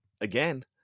again